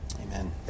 Amen